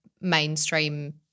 mainstream